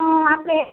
હં આપણે